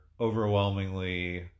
overwhelmingly